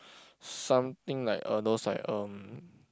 something like uh those like um